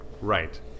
Right